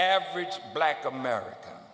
average black america